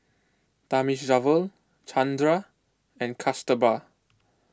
Thamizhavel Chandra and Kasturba